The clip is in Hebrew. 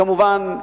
כמובן,